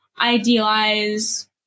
idealize